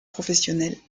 professionnelles